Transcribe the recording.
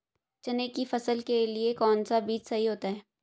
चने की फसल के लिए कौनसा बीज सही होता है?